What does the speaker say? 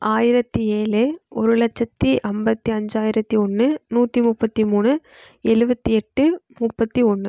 ஆயிரத்தி ஏழு ஒரு லட்சத்தி ஐம்பத்தி அஞ்சாயிரத்தி ஒன்று நூற்றி முப்பத்தி மூணு எழுபத்தி எட்டு முப்பத்தி ஒன்று